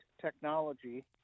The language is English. Technology